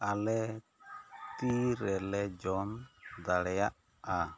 ᱟᱞᱮ ᱛᱤ ᱨᱮᱞᱮ ᱡᱚᱢ ᱫᱟᱲᱮᱭᱟᱜᱼᱟ